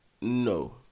No